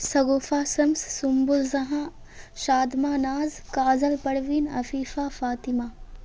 Shagufa Shams Sumbul Jahan Shadma Naz Kajal Parveen Afifa Fatima